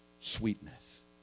sweetness